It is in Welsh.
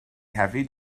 hefyd